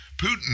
Putin